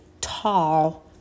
tall